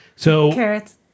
Carrots